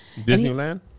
disneyland